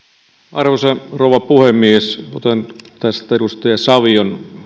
arvoisa rouva puhemies otan tästä edustaja savion